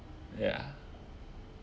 ya